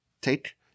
Take